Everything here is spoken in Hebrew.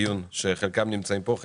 הדיון שעל סדר היום הוא מאוד חשוב.